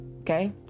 okay